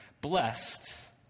Blessed